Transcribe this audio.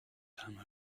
time